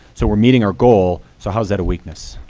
so we're meeting our goal, so how is that a weakness?